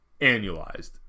annualized